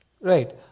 Right